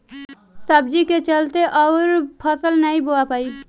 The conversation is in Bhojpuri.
सब्जी के चलते अउर फसल नाइ बोवा पाई